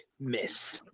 miss